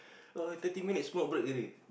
[wah] he thirty minutes smoke break already